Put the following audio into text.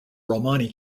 romani